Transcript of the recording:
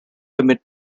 emmett